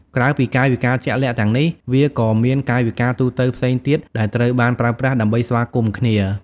ក្រៅពីកាយវិការជាក់លាក់ទាំងនេះ វាក៏មានកាយវិការទូទៅផ្សេងទៀតដែលត្រូវបានប្រើប្រាស់ដើម្បីស្វាគមន៍គ្នា។